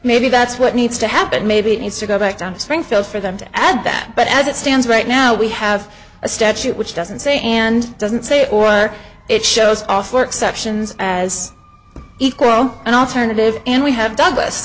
maybe that's what needs to happen maybe it needs to go back down to springfield for them to add that but as it stands right now we have a statute which doesn't say and doesn't say or it shows off work sections as equal an alternative and we have douglas